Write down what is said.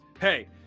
hey